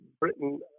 Britain